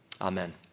Amen